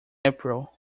april